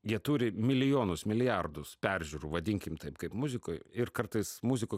jie turi milijonus milijardus peržiūrų vadinkim taip kaip muzikoj ir kartais muzika